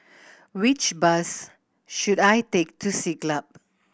which bus should I take to Siglap